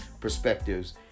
perspectives